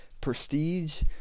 prestige